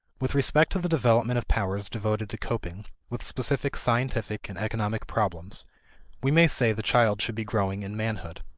with respect to the development of powers devoted to coping with specific scientific and economic problems we may say the child should be growing in manhood.